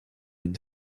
une